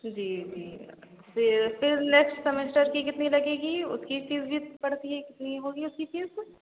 जी जी फिर फिर नेक्स्ट सेमेस्टर की कितनी लगेगी उसकी फीस भी पड़ती है कितनी होगी उसकी फीस